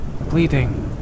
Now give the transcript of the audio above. Bleeding